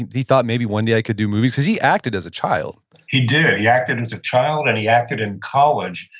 he he thought, maybe one day i could do movies? because he acted, as a child he did. he acted, as a child, and he acted in college.